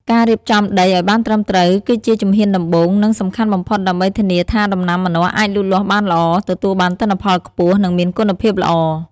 ការរៀបចំដីឱ្យបានត្រឹមត្រូវ គឺជាជំហានដំបូង និងសំខាន់បំផុតដើម្បីធានាថាដំណាំម្នាស់អាចលូតលាស់បានល្អ ទទួលបានទិន្នផលខ្ពស់ និងមានគុណភាពល្អ។